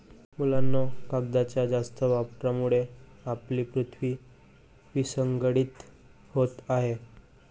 मुलांनो, कागदाच्या जास्त वापरामुळे आपली पृथ्वी विस्कळीत होत आहे